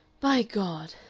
by god!